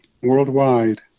worldwide